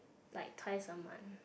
like twice a month